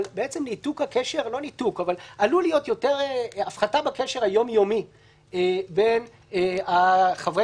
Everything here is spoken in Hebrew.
שעלולה להיות הפחתה בקשר היומיומי בין חברי